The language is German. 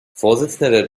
vorsitzender